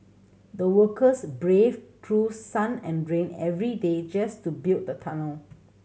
the workers braved through sun and rain every day just to build the tunnel